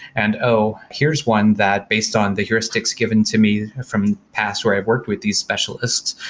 and oh, here's one that based on the heuristics given to me from past where i've worked with, these specialists.